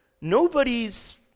Nobody's